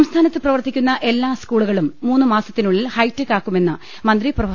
സംസ്ഥാനത്ത് പ്രവർത്തിക്കുന്ന എല്ലാ സ്കൂളുകളും മൂന്ന് മാസത്തിനുള്ളിൽ ഹൈടെക്കാക്കുമെന്ന് മന്ത്രി പ്രൊഫ